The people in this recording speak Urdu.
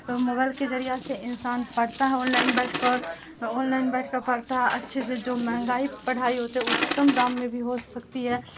موبل کے ذریعہ سے انسان پڑھتا ہے آن لائن بیٹھ کر آن لائن بیٹھ کر پڑھتا ہے اچھے سے جو مہنگائی پڑھائی ہوتے ہے وہ کم دام میں بھی ہو سکتی ہے